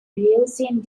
reducing